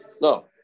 No